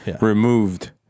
removed